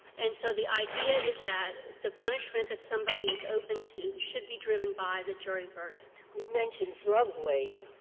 and so the idea is that the punishment that somebody is open to should be driven by the jury verdict. ginsburg you mentioned drug weight.